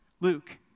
Luke